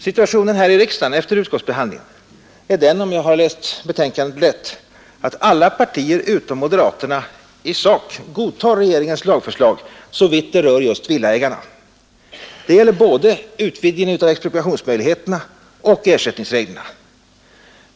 Läget här i riksdagen efter utskottsbehandlingen är — om jag har läst betänkandet rätt — att alla partier utom moderaterna i sak godtar regeringens lagförslag såvitt det rör just villaägarna. Det gäller både utvidgningen av expropriationsmöjligheterna och ersättningsreglerna.